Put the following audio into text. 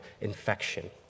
infection